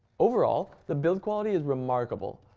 overall the build quality is remarkable.